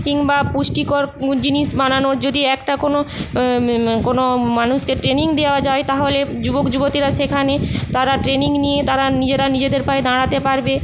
কিংবা পুষ্টিকর জিনিস বানানোর যদি একটা কোনো কোনো মানুষকে ট্রেনিং দেওয়া যায় তাহলে যুবক যুবতীরা সেখানে তারা ট্রেনিং নিয়ে তারা নিজেরা নিজেদের পায়ে দাঁড়াতে পারবে